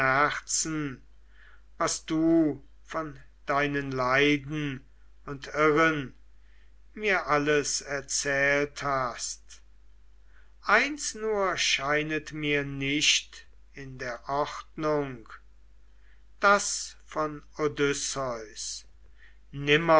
was du von deinen leiden und irren mir alles erzählt hast eins nur scheinet mir nicht in der ordnung das von odysseus